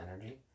energy